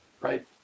right